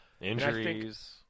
Injuries